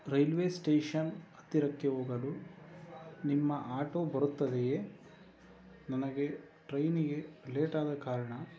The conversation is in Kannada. ರೈಲ್ವೇ ಸ್ಟೇಷನ್ ಹತ್ತಿರಕ್ಕೆ ಹೋಗಲು ನಿಮ್ಮ ಆಟೋ ಬರುತ್ತದೆ ಯೇ ನಮಗೆ ಟ್ರೈನಿಗೆ ಲೇಟಾದ ಕಾರಣ